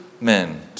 men